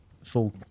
full